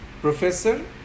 professor